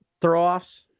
throw-offs